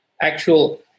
actual